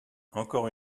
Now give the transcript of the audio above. encore